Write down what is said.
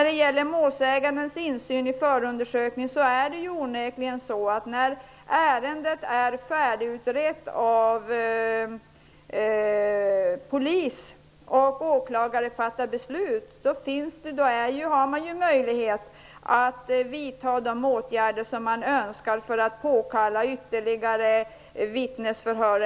Beträffande målsägandens möjlighet till insyn i förundersökningen är det onekligen så att när ärendet är färdigutrett av polisen och åklagaren har fattat sitt beslut, har man möjlighet att vidta de åtgärder som man önskar för att t.ex. påkalla ytterligare vittnesförhör.